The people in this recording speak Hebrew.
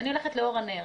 אני הולכת לאור הנר,